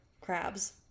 crabs